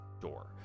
door